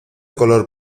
color